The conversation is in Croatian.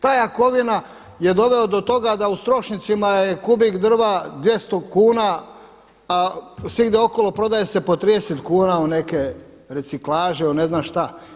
Taj Jakovina je doveo do toga da u Strošincima je kubik drva 200 kuna, a svugdje okolo prodaje se po 30 kuna u neke reciklaže u ne znam šta.